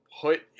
put